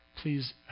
Please